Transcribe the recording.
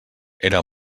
era